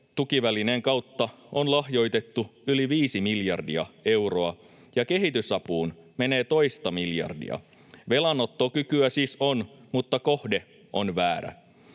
SURE-tukivälineen kautta on lahjoitettu yli viisi miljardia euroa, ja kehitysapuun menee toista miljardia. Velanottokykyä siis on, mutta kohde on väärä.